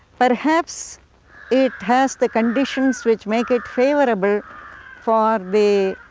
perhaps it has the conditions which make it favorable for the